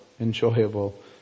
enjoyable